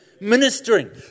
ministering